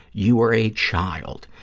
you were a child.